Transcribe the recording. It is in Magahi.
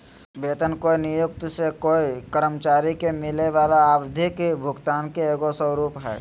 वेतन कोय नियोक्त से कोय कर्मचारी के मिलय वला आवधिक भुगतान के एगो स्वरूप हइ